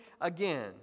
again